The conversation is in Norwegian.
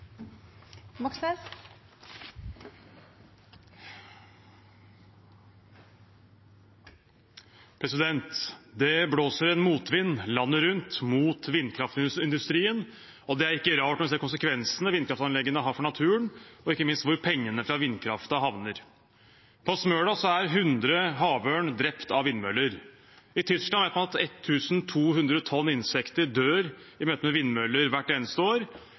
ikke rart når vi ser konsekvensene vindkraftanleggene har for naturen, og ikke minst hvor pengene fra vindkraften havner. På Smøla er 100 havørn drept av vindmøller. I Tyskland vet man at 1 200 tonn insekter dør i møte med vindmøller hvert eneste år.